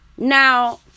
now